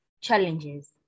challenges